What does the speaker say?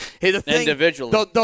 Individually